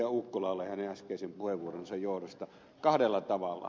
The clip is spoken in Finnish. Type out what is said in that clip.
ukkolalle hänen äskeisen puheenvuoronsa johdosta kahdella tavalla